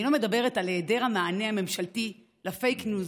אני לא מדברת על היעדר המענה הממשלתי לפייק ניוז